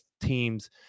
team's